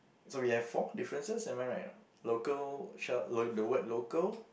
so we have four differences am I right or not local shell the word local